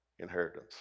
inheritance